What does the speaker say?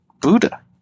buddha